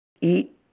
eat